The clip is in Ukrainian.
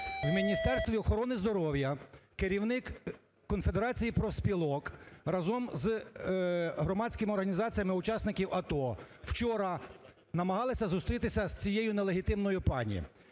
В Міністерстві охорони здоров'я керівник конфедерації профспілок разом з громадськими організаціями учасників АТО вчора намагалися зустрітися цією нелегітимною пані.